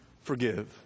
Forgive